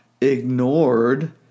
ignored